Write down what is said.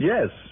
Yes